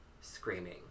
screaming